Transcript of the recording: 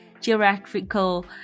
geographical